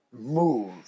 move